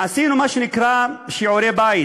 עשינו מה שנקרא שיעורי-בית